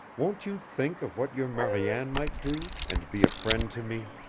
won't you think of what your mariane might do, and be a friend to me?